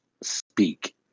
speak